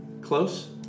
Close